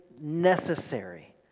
necessary